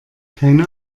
keine